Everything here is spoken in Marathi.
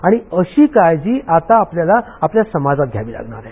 आणि अशी काळजी आता आपल्याला आपल्या समाजात ध्यावी लागणार आहे